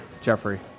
Jeffrey